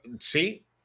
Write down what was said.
see